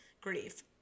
grief